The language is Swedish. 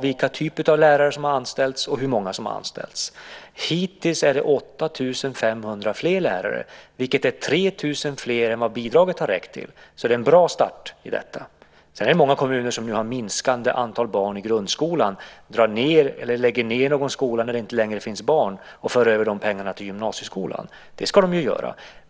vilka typer av lärare som har anställts och hur många som har anställts. Hittills är det 8 500 fler lärare, vilket är 3 000 fler än vad bidraget har räckt till, så det är en bra start i detta. Sedan är det många kommuner som nu har minskande antal barn i grundskolan som drar ned eller lägger ned någon skola där det inte längre finns barn och för över de pengarna till gymnasieskolan. Det ska de ju göra.